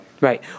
Right